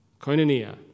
Koinonia